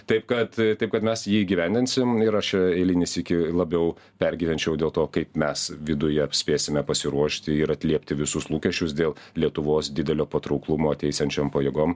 taip kad taip kad mes jį įgyvendinsim ir aš eilinį sykį labiau pergyvenčiau dėl to kaip mes viduj spėsime pasiruošti ir atliepti visus lūkesčius dėl lietuvos didelio patrauklumo ateisiančiam pajėgom